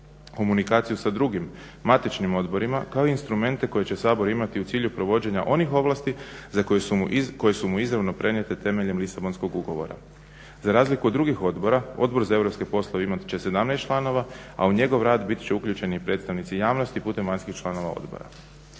komunikaciju sa drugim matičnim odborima kao i instrumente koje će Sabor imati u cilju provođenja onih ovlasti koje su mu izravno prenijete temeljem Lisabonskog ugovora. Za razliku od drugih odbora Odbor za europske poslove imat će 17 članova, a u njegov rad biti će uključeni i predstavnici javnosti putem vanjskih članova odbora.